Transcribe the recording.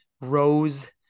rose